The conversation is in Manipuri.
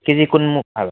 ꯀꯦꯖꯤ ꯀꯨꯟꯃꯨꯛ ꯍꯥꯏꯕ